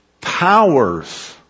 powers